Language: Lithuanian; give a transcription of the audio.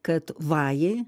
kad vajai